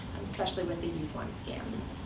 especially with the you've won scams.